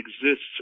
exists